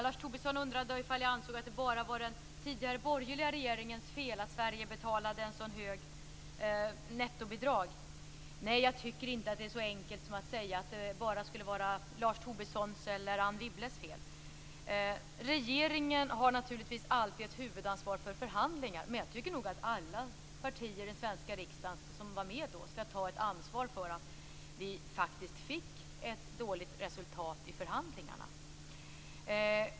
Lars Tobisson undrade om jag ansåg att det bara var den tidigare borgerliga regeringens fel att Sverige betalade ett så högt nettobidrag. Nej, jag tycker inte att det är så enkelt som att det bara skulle vara Lars Tobissons eller Anne Wibbles fel. Regeringen har naturligtvis alltid ett huvudansvar för förhandlingar, men jag tycker nog att alla de partier i den svenska riksdagen som var med då skall ta ett ansvar för att vi fick ett dåligt resultat i förhandlingarna.